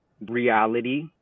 reality